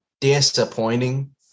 disappointing